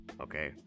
Okay